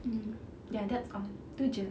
mm ya that's all tu jer